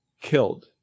killed